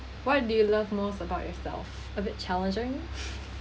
what do you love most about yourself a bit challenging